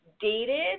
dated